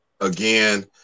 Again